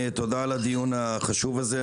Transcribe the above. תודה על הדיון החשוב הזה.